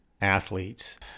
Athletes